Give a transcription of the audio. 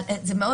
משהו